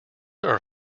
are